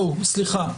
סליחה,